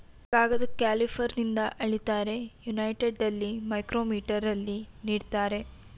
ಕಾಗದನ ಕ್ಯಾಲಿಪರ್ನಿಂದ ಅಳಿತಾರೆ, ಯುನೈಟೆಡಲ್ಲಿ ಮೈಕ್ರೋಮೀಟರಲ್ಲಿ ನೀಡ್ತಾರೆ